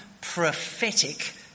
prophetic